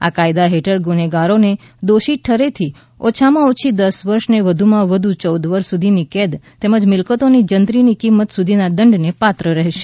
આ કાયદા હેઠળ ગુનેગારોને દોષિત ઠરેથી ઓછામાં ઓછી દસ વર્ષ અને વધુમાં વધુ ચૌદ વર્ષ સુધીની કેદ તેમજ મિલકતોની જંત્રીની કિંમત સુધીના દંડને પાત્ર રહેશે